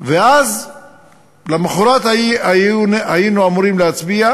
ואז למחרת היינו אמורים להצביע,